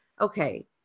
okay